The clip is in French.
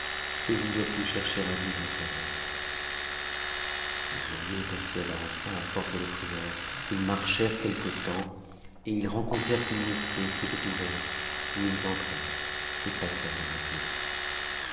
et je ne dois plus chercher à vivre après ette u g le joaillier le persuada enfin à force de prières ils marchèrent quelque temps et ils rencontrèrent une mosquée qui était ouverte où ils entrèrent et passèrent le reste de la nuit